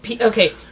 Okay